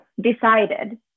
decided